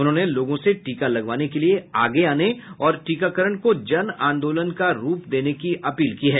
उन्होंने लोगों से टीका लगवाने के लिए आगे आने और टीकाकरण को जन आंदोलन का रूप देने की अपील की है